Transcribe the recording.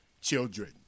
children